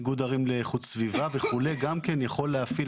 איגוד ערים לאיכות סביבה וכו', גם כן יכול להפעיל.